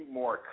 more